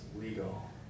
legal